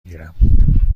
گیرم